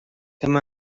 come